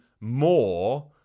more